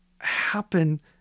happen